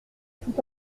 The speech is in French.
tout